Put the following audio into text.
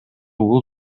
бул